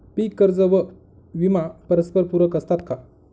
पीक कर्ज व विमा परस्परपूरक असतात का?